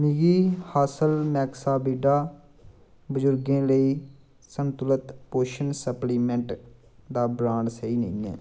मिगी हासल मेक्साविडा बजुर्गें लेई संतुलत पोशन सप्लीमैंट्ट दा ब्रांड सेही नेईं ऐ